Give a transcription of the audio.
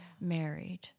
married